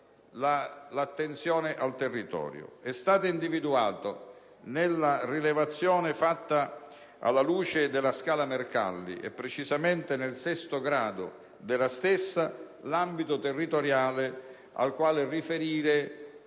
l'attenzione al territorio. È stato individuato, nella rilevazione fatta alla luce della scala Mercalli e precisamente del sesto grado della stessa, l'ambito territoriale al quale riferire